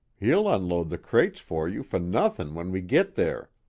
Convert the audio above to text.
he'll unload the crates for you for nothin' when we git there.